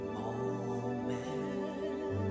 moment